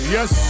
Yes